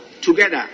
together